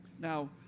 Now